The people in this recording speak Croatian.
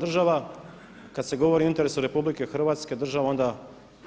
Država kad se govori o interesu RH, država onda